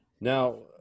now